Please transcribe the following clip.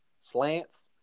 Slants